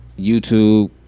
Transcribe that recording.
YouTube